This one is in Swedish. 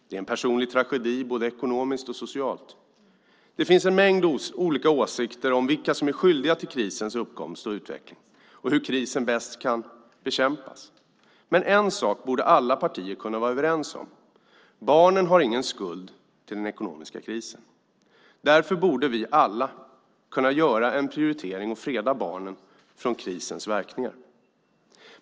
Det är en personlig tragedi, både ekonomiskt och socialt. Det finns en mängd olika åsikter om vilka som är skyldiga till krisens uppkomst och utveckling och om hur krisen bäst kan bekämpas. Men en sak borde alla partier kunna vara överens om: Barnen har ingen skuld till den ekonomiska krisen. Därför borde vi alla kunna göra en prioritering och freda barnen från krisens verkningar.